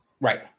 Right